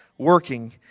Working